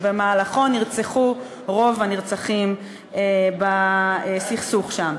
שבמהלכו נמנו רוב הנרצחים בסכסוך שם.